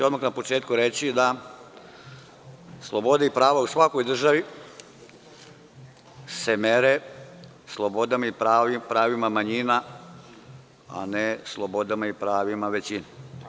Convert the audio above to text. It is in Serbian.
Odmah na početku ću reći da slobode i prava u svakoj državi se mere slobodama i pravima manjina, a ne slobodama i pravima većine.